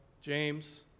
James